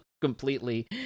completely